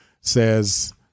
says